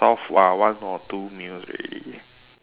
solve uh one or two meals already